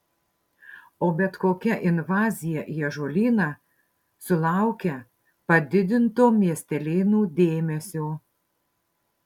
o bet kokia invazija į ąžuolyną sulaukia padidinto miestelėnų dėmesio